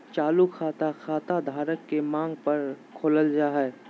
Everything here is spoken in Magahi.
चालू खाता, खाता धारक के मांग पर खोलल जा हय